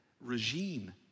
regime